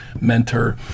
Mentor